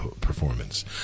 performance